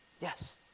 Yes